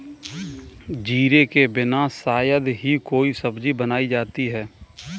जीरे के बिना शायद ही कोई सब्जी बनाई जाती है